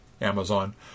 Amazon